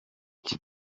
iki